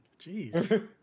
Jeez